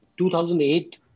2008